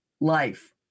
life